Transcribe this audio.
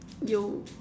yo